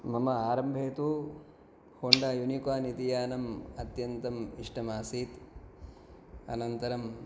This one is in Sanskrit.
मम आरम्भे तु होण्डा यूनिकोर्न् इति यानम् अत्यन्तमिष्टमासीत् अनन्तरम्